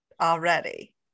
already